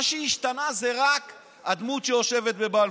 מה שהשתנה זה רק הדמות שיושבת בבלפור.